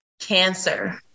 cancer